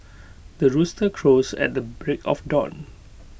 the rooster crows at the break of dawn